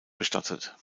bestattet